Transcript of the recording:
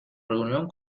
reunión